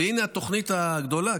והינה התוכנית הגדולה,